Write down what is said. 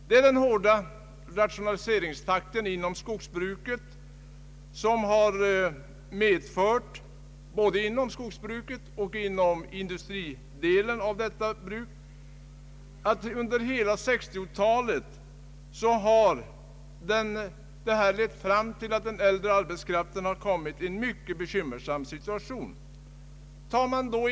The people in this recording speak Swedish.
Det är den hårda rationaliseringstakten inom skogsbruket under hela 1960-talet som har medfört både inom skogsbruket och inom industridelen av detta skogsbruk att den äldre arbetskraften har råkat i en mycket bekymmersam situation.